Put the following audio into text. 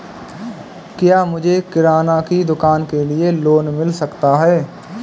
क्या मुझे किराना की दुकान के लिए लोंन मिल सकता है?